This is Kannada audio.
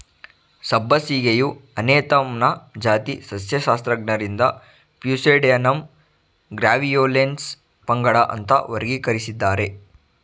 ಸಬ್ಬಸಿಗೆಯು ಅನೇಥಮ್ನ ಜಾತಿ ಸಸ್ಯಶಾಸ್ತ್ರಜ್ಞರಿಂದ ಪ್ಯೂಸೇಡ್ಯಾನಮ್ ಗ್ರ್ಯಾವಿಯೋಲೆನ್ಸ್ ಪಂಗಡ ಅಂತ ವರ್ಗೀಕರಿಸಿದ್ದಾರೆ